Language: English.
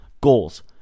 goals